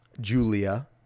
Julia